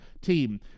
team